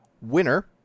winner